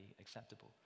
acceptable